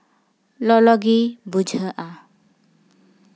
ᱞᱚᱞᱚᱜᱮ ᱵᱩᱡᱷᱟᱹᱜᱼᱟ